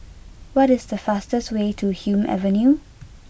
what is the fastest way to Hume Avenue